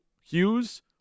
Hughes